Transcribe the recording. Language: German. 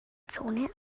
zone